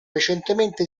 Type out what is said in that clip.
recentemente